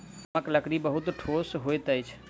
आमक लकड़ी बहुत ठोस होइत अछि